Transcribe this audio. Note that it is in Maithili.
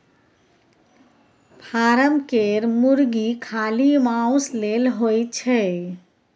फारम केर मुरगी खाली माउस लेल होए छै